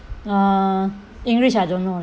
uh english I don't know